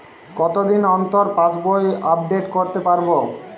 কতদিন অন্তর পাশবই আপডেট করতে পারব?